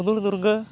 Hudur Durga